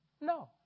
No